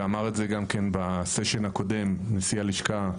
ואמר את זה גם כן בסשן הקודם נשיא הלשכה,